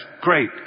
Great